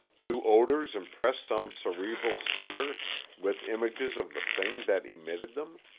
do odors impress some cerebral centre with images of the thing that emitted them.